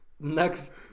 Next